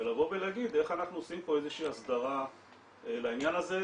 ולבוא ולהגיד איך אנחנו עושים פה איזו שהיא הסדרה לעניין הזה,